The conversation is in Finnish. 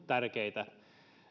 tärkeitä